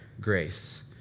Grace